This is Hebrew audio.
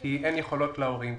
כי אין יכולות להורים.